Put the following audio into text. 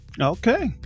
Okay